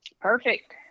Perfect